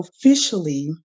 officially